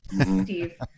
Steve